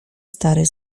stary